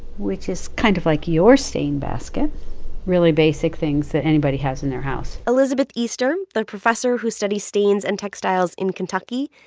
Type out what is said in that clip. which is kind of like your stain basket really basic things that anybody has in their house elizabeth easter, easter, the professor who studies stains and textiles in kentucky,